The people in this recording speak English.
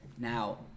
Now